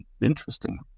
interesting